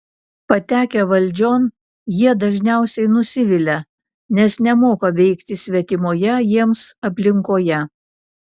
patekę valdžion jie dažniausiai nusivilia nes nemoka veikti svetimoje jiems aplinkoje